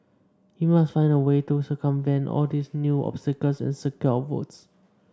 we must find a way to circumvent all these new obstacles and secure our votes